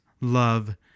love